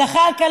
זחאלקה,